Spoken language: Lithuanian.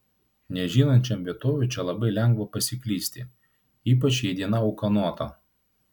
nežinančiam vietovių čia labai lengva pasiklysti ypač jei diena ūkanota